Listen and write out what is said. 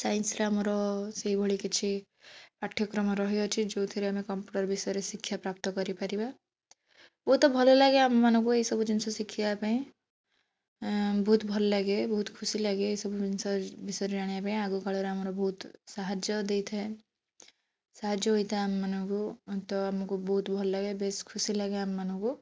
ସାଇନ୍ସରେ ଆମର ସେଇଭଳି କିଛି ପାଠ୍ୟକ୍ରମ ରହିଅଛି ଯେଉଁଥିରେ ଆମେ କମ୍ପ୍ୟୁଟର ବିଷୟରେ ଶିକ୍ଷା ପ୍ରାପ୍ତ କରିପାରିବା ବହୁତ ଭଲ ଲାଗେ ଆମମାନଙ୍କୁ ଏଇସବୁ ଜିନିଷ ଶିଖିବା ପାଇଁ ବହୁତ ଭଲ ଲାଗେ ବହୁତ ଖୁସି ଲାଗେ ଏଇସବୁ ଜିନିଷ ବିଷୟରେ ଜାଣିବା ପାଇଁ ଆଗ କାଳରେ ଆମର ବହୁତ ସାହାଯ୍ୟ ଦେଇଥାଏ ସାହାଯ୍ୟ ହୋଇଥାଏ ଆମମାନଙ୍କୁ ଅତ ଆମକୁ ବହୁତ ଭଲ ଲାଗେ ବେଶ ଖୁସି ଲାଗେ ଆମମାନଙ୍କୁ